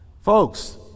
Folks